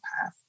path